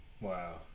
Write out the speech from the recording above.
wow